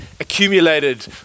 accumulated